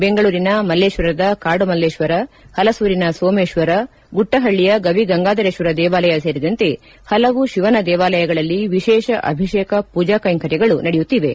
ಬೆಂಗಳೂರಿನ ಮಲ್ಲೇಶ್ವರದ ಕಾಡುಮಲ್ಲೇಶ್ವರ ಹಲಸೂರಿನ ಸೋಮೇಶ್ವರ ಗುಟ್ಟಹಳ್ಳಿಯ ಗವಿಗಂಗಾಧರೇಶ್ವರ ದೇವಾಲಯ ಸೇರಿದಂತೆ ಹಲವು ಶಿವನ ದೇವಾಲಯಗಳಲ್ಲಿ ವಿಶೇಷ ಅಭಿಷೇಕ ಪೂಜಾ ಕೈಂಕರ್ಯಗಳು ನಡೆಯುತ್ತಿವೆ